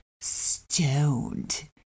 stoned